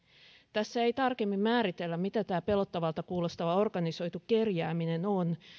tässä ei tarkemmin määritellä mitä tämä pelottavalta kuulostava organisoitu kerjääminen on